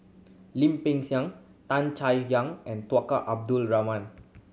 Lim Peng Siang Tan Chay Yan and Tunku Abdul Rahman